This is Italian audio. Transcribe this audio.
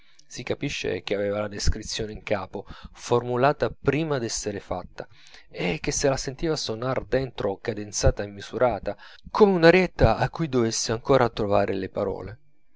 si capisce che aveva la descrizione in capo formulata prima d'essere fatta e che se la sentiva sonar dentro cadenzata e misurata come un'arietta a cui dovesse ancora trovare le parole